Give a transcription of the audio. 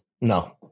No